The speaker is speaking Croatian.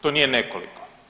To nije nekoliko.